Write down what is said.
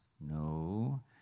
No